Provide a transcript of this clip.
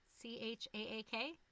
C-H-A-A-K